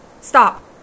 Stop